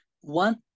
One